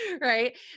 right